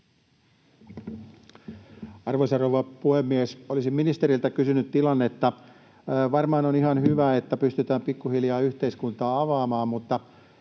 Arvoisa rouva puhemies! Olisin ministeriltä kysynyt tilannetta. Varmaan on ihan hyvä, että pystytään pikkuhiljaa yhteiskuntaa avaamaan, mutta